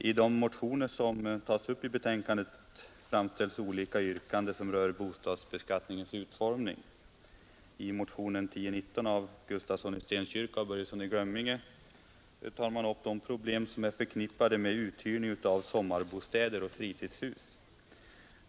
I de motioner som behandlas i betänkandet framställs olika yrkanden I motionen 1019 av herr Gustafsson i Stenkyrka och Börjesson i Glömminge tar man upp de problem som är förknippade med uthyrning av sommarbostäder och fritidshus.